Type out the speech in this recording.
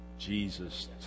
Jesus